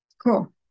Cool